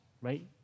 right